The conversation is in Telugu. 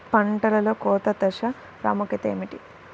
పంటలో కోత దశ ప్రాముఖ్యత ఏమిటి?